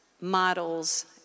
models